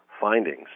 findings